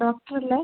doctor ഇല്ലെ